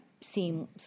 seem